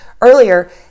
earlier